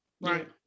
Right